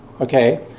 okay